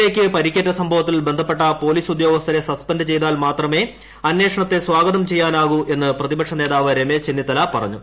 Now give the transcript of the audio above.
A യ്ക്കു പരിക്കേറ്റ സംഭവത്തിൽ ബന്ധപ്പെട്ട പോലീസ് ഉദ്യോഗസ്ഥരെ സസ്പെന്റു ചെയ്താൽ മാത്രമേ അന്വേഷണത്തെ സ്വാഗതം ചെയ്യാനാകൂ എന്ന് പ്രതിപക്ഷ നേതാവ് രമേശ് ചെന്നിത്തല പറഞ്ഞു